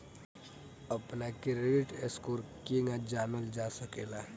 अपना credit score केगा जानल जा सकेला?